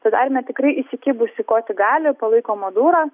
tad armija tikrai įsikibusi kuo tik gali palaiko madurą